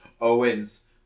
Owens